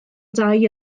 dai